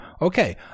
Okay